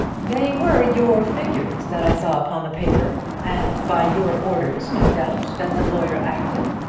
they were your figures that i saw upon the paper, and by your orders, no doubt, that the lawyer acted.